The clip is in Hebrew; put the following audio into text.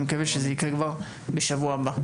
אני מקווה שזה יקרה כבר בשבוע הבא.